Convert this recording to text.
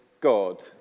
God